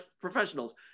professionals